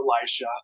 Elisha